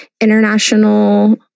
international